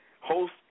host